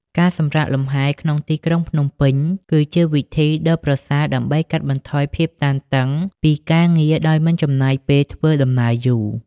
ការសម្រាកលំហែក្នុងទីក្រុងភ្នំពេញ គឺជាវិធីដ៏ប្រសើរដើម្បីកាត់បន្ថយភាពតានតឹងពីការងារដោយមិនចំណាយពេលធ្វើដំណើរយូរ។